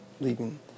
leaving